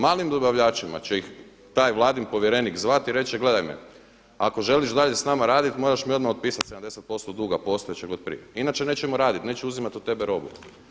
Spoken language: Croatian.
Malim dobavljačima će ih taj vladin povjerenik zvati i reći gledaj me, ako želiš dalje s nama raditi moraš mi odmah otpisati 70% duga postojećeg od prije, inače nećemo raditi, neće uzimati od tebe robu.